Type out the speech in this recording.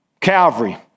Calvary